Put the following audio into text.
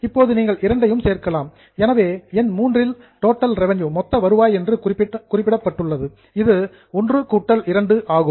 இப்போது நீங்கள் இரண்டையும் சேர்க்கலாம் எனவே எண் III இல் டோட்டல் ரெவின்யூ மொத்த வருவாய் என்று குறிப்பிட்டுள்ளது இது I கூட்டல் II ஆகும்